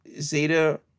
Zeta